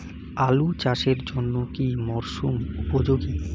আলু চাষের জন্য কি মরসুম উপযোগী?